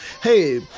Hey